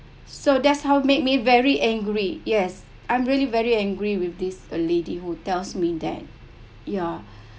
so that's how made me very angry yes I'm really very angry with this a lady who tells me that ya